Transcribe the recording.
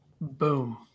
Boom